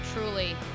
truly